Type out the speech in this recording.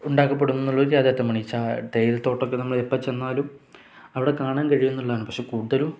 ഉണ്ടാക്കപ്പെടുന്നുള്ള ഒരു തേയിലത്തോട്ടമൊക്കെ നമ്മൾ എപ്പം ചെന്നാലും അവിടെ കാണാൻ കഴിയുമെന്നുള്ളതാണ് പക്ഷെ കൂടുതലും